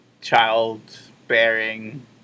child-bearing